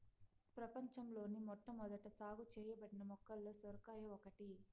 ప్రపంచంలోని మొట్టమొదట సాగు చేయబడిన మొక్కలలో సొరకాయ ఒకటి